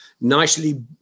nicely